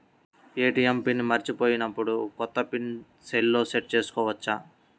ATM pin మరచిపోయినప్పుడు, కొత్త pin సెల్లో సెట్ చేసుకోవచ్చా?